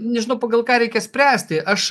nežinau pagal ką reikia spręsti aš